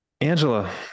angela